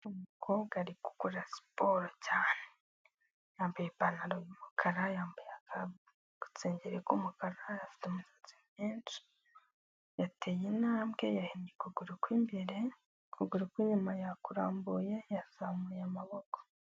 Umukobwa ari gukora siporo cyane yambaye ipantaro y'umukara yambaye agasengeri k'umukara, afite umusatsi mwinshi yateye intambwe yahinnye ukuguru kw'imbere, ukuguru kw'inyuma yakuramuye yazamuye amaboko.